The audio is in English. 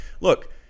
Look